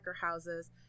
houses